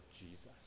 Jesus